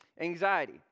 Anxiety